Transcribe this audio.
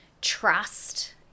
trust